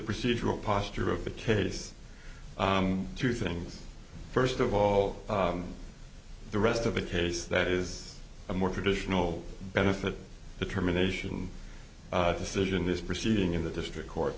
procedural posture of the case two things first of all the rest of the case that is a more traditional benefit determination decision this proceeding in the district court